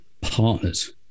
partners